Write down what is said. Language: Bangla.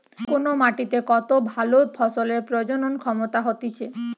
কোন মাটিতে কত ভালো ফসলের প্রজনন ক্ষমতা হতিছে